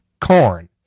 corn